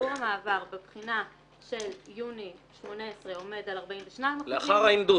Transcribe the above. שיעור המעבר בבחינה של יוני 2018 עומד על 42%. לאחר ההנדוס.